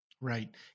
Right